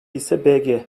ise